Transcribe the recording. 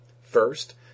First